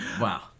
Wow